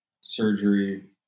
surgery